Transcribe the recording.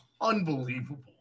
unbelievable